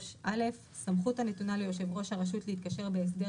53.סמכות יושב ראש הרשות להתקשר בהסדר